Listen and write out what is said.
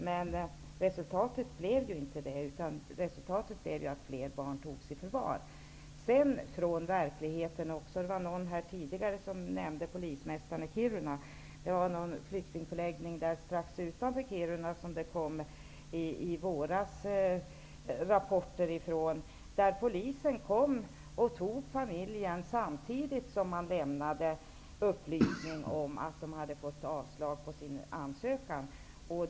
Men resultatet blev ju att fler barn togs i förvar. Det var någon som nämnde polismästaren i Kiruna. Från en flyktingförläggning strax utanför Kiruna rapporterades det i våras att polisen kom och tog familjen samtidigt som man lämnade upplysning om att ansökan hade avslagits.